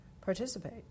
participate